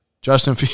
Justin